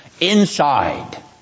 inside